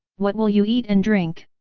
what will you eat and drink?